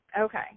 Okay